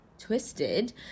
twisted